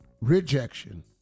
rejection